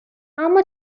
اما